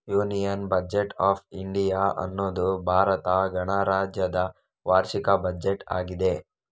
union budget of India ಅನ್ನುದು ಭಾರತ ಗಣರಾಜ್ಯದ ವಾರ್ಷಿಕ ಬಜೆಟ್ ಆಗಿದೆ